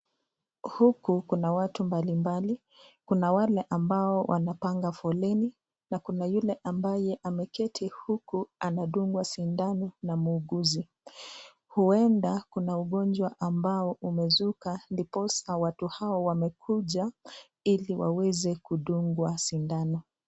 Huku kuna watu mbalimbali kuna wale ambao wanapanga foleni na kuna yule ambaye ameketi huku anadungwa sindano na muuguzi, huenda kuna ugonjwa ambao umezuka ndiposa watu hawa wamekuja ili waweze kudungwa sindano.